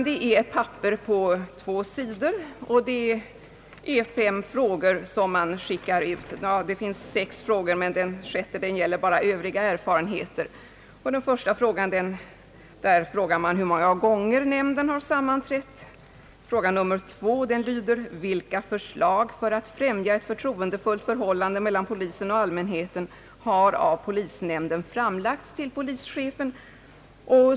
Det är ett papper på två sidor, som upptar sex frågor, men den sjätte gäller bara »Öövriga erfarenheter». I den första frågan vill man ha svar på hur många gånger nämnden sammanträtt. Frågan nummer två lyder: Vilka förslag för att främja ett förtroendefullt förhållande mellan polisen och allmänheten har av polisnämnden framlagts till polischefen?